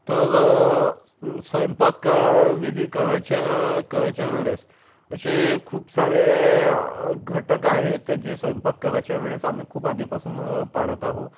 तर स्वयंपाक विधी करायच्या करायच्या वेळेस असे खूप सारे घटक आहेत जे स्वयंपाक करायच्या वेळेस आम्ही खूप आधीपासून पाळत आहो